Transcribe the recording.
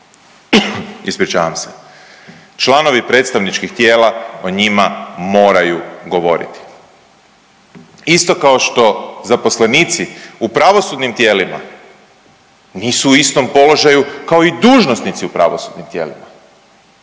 ispričavam se, članovi predstavničkih tijela o njima moraju govoriti, isto kao što zaposlenici u pravosudnim tijelima nisu u istom položaju kao i dužnosnici u pravosudnim tijelima.